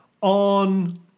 on